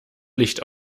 licht